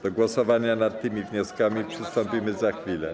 Do głosowania nad tymi wnioskami przystąpimy za chwilę.